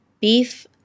beef